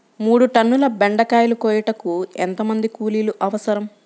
మూడు టన్నుల బెండకాయలు కోయుటకు ఎంత మంది కూలీలు అవసరం?